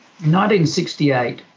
1968